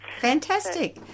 Fantastic